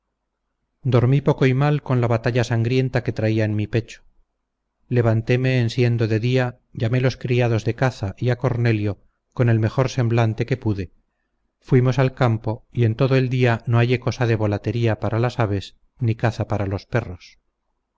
dormí poco y mal con la batalla sangrienta que traía en mi pecho levantéme en siendo de día llamé los criados de caza y a cornelio con el mejor semblante que pude fuimos al campo y en todo el día no hallé cosa de volatería para las aves ni caza para los perros